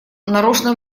нарочно